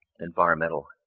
environmental